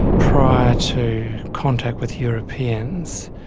prior to contact with europeans,